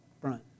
front